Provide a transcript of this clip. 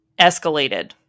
escalated